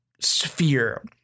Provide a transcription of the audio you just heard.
sphere